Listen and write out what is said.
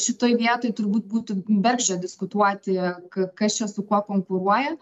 šitoj vietoj turbūt būtų bergždžia diskutuoti k kas čia su kuo konkuruoja